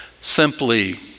simply